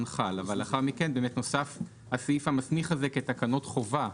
חל אבל לאחר מכן נוסף הסעיף המסמיך הזה כתקנות חובה.